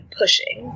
pushing